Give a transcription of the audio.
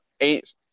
eight